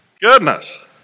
Goodness